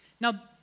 now